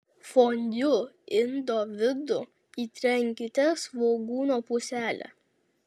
fondiu indo vidų įtrinkite svogūno pusele